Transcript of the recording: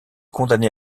condamné